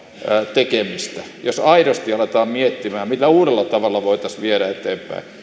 tekemistä jos aidosti aletaan miettimään mitä uudella tavalla voitaisiin viedä eteenpäin